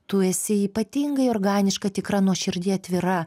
tu esi ypatingai organiška tikra nuoširdi atvira